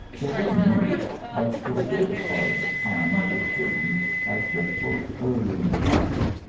there was a moon, but for the greater part of the time it was hidden by fitful, hurrying clouds,